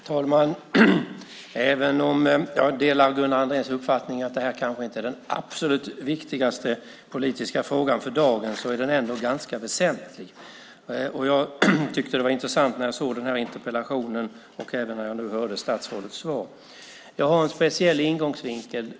Herr talman! Även om jag delar Gunnar Andréns uppfattning att det här kanske inte är den absolut viktigaste politiska frågan för dagen är den ändå ganska väsentlig. Jag tyckte att det var intressant när jag såg den här interpellationen och även när jag nu hörde statsrådets svar. Jag har en speciell ingångsvinkel.